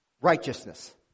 Righteousness